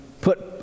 put